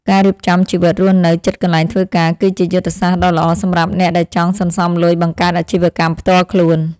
ការរៀបចំជីវិតរស់នៅជិតកន្លែងធ្វើការ គឺជាយុទ្ធសាស្ត្រដ៏ល្អសម្រាប់អ្នកដែលចង់សន្សំលុយបង្កើតអាជីវកម្មផ្ទាល់ខ្លួន។